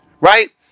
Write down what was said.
right